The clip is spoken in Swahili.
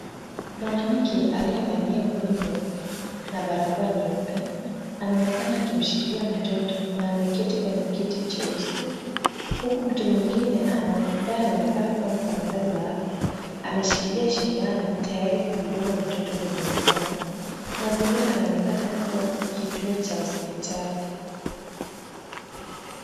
Mwanamke aliyevalia nguo nyeupe na barakoa nyeupe anaonekana akimshikilia mtoto na ameketi kwenye kiti cheusi, huku mtu mwingine ambaye anaonekana kuwa mfanyikazi kazi wa afya, ameshikilia sindano tayari kudunga mtoto kwenye mkono. mazingira yanaonekana kuwa kituo cha hospitali.